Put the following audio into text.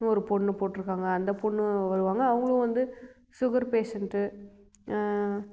ஒரு பொண்ணு போட்டிருக்காங்க அந்த பொண்ணு வருவாங்க அவங்களும் வந்து சுகர் பேஷண்ட்டு